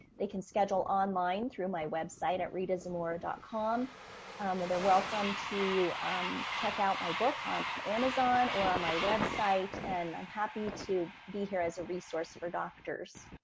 they can schedule online through my website at ritazamora dot com or they're welcome to check out my book on and amazon or on my website. and i'm happy to be here as a resource for doctors.